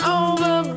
over